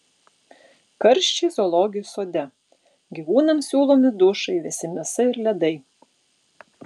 karščiai zoologijos sode gyvūnams siūlomi dušai vėsi mėsa ir ledai